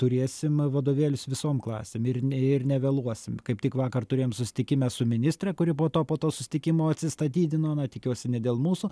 turėsim vadovėlius visom klasėm ir ne ir nevėluosim kaip tik vakar turėjom susitikime su ministre kuri buvo po to susitikimo atsistatydino na tikiuosi ne dėl mūsų